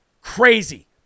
crazy